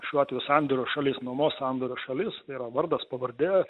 šiuo atveju sandorio šalis nuomos sandorio šalis yra vardas pavardė